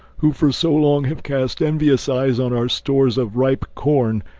who for so long have cast envious eyes on our stores of ripe corn,